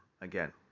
Again